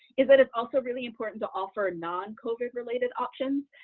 is that it's also really important to offer non-covid-related options.